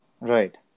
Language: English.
Right